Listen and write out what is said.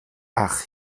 ach